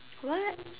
what